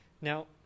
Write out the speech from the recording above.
Now